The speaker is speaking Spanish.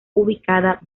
ubicada